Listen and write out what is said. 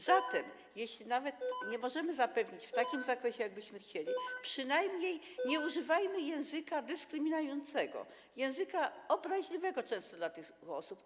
Zatem jeśli nawet nie możemy tego zapewnić w takim zakresie, jakbyśmy chcieli, przynajmniej nie używajmy języka dyskryminującego, języka obraźliwego często dla tych osób.